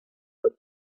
for